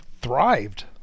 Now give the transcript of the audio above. thrived